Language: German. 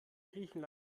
griechenland